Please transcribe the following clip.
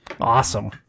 Awesome